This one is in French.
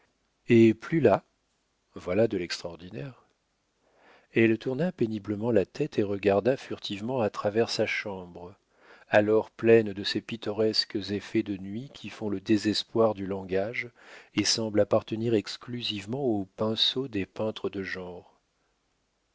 et plus là voilà de l'extraordinaire elle tourna péniblement la tête et regarda furtivement à travers sa chambre alors pleine de ces pittoresques effets de nuit qui font le désespoir du langage et semblent appartenir exclusivement au pinceau des peintres de genre